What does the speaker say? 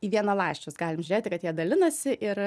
į vienaląsčius galim žiūrėti kad jie dalinasi ir